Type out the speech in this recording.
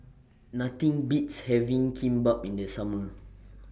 Nothing Beats having Kimbap in The Summer